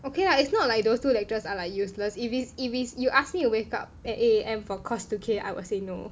okay lah it's not like those two lectures are like useless if is if is you ask me to wake up at eight A_M for course two K I will say no